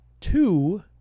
two